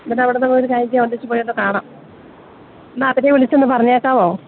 എന്നിട്ട് അവിടെ നിന്ന് ഒരു കാര്യം ചെയ്യാം ഒന്നിച്ചൊന്നു പോയി കാണാം എന്നാൽ അവരെ വിളിച്ചൊന്നു പറഞ്ഞേക്കാമോ